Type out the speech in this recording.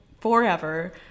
forever